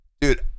Dude